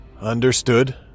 Understood